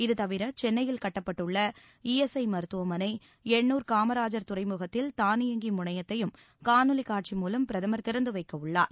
இதுதவிர சென்னையில் கட்டப்பட்டுள்ள ஈஎஸ்ஐ மருத்துவமனை எண்ணூர் காமராஜர் துறைமுகத்தில் தானியங்கி முனையத்தையும் காணொலி காட்சி மூலம் பிரதமர் திறந்து வைக்க உள்ளார்